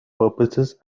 purposes